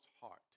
heart